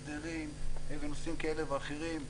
הסדרים ונושאים כאלה ואחרים,